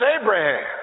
Abraham